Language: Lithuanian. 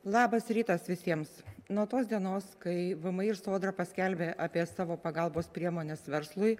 labas rytas visiems nuo tos dienos kai vmi ir sodra paskelbė apie savo pagalbos priemones verslui